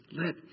Let